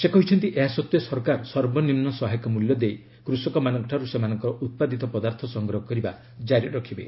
ସେ କହିଛନ୍ତି ଏହା ସତ୍ୱେ ସରକାର ସର୍ବନିମ୍ନ ସହାୟକ ମୂଲ୍ୟ ଦେଇ କୃଷକମାନଙ୍କଠାରୁ ସେମାନଙ୍କ ଉତ୍ପାଦିତ ପଦାର୍ଥ ସଂଗ୍ରହ କରିବା କାରି ରଖିବେ